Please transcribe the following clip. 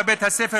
בבית-הספר,